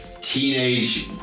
Teenage